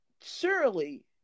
surely